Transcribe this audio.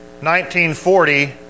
1940